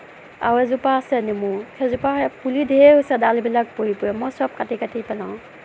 আৰু এজোপা আছে নেমু সেইজোপা পুলি ধেৰ হৈছে ডালবিলাক পৰি পৰি মই সব কাটি কাটি পেলাও